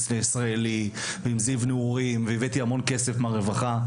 הישראלי ועם "זיו נעורים" והבאתי המון כסף מהרווחה,